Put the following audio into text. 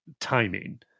timing